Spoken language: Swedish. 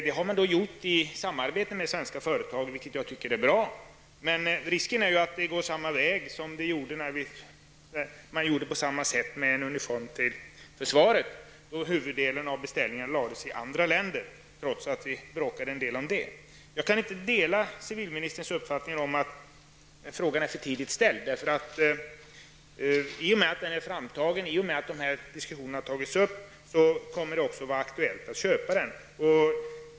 Man har gjort det i samarbete med svenska företag, vilket jag tycker är bra. Risken är att detta går samma väg som när man tog fram en ny uniform för försvaret. Huvuddelen av beställningen lades i andra länder, trots att vi bråkade en del om det. Jag kan inte dela civilministerns uppfattning att frågan är för tidigt ställd. I och med att uniformen har tagits fram kommer det också att vara aktuellt att köpa den.